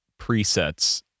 presets